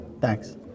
thanks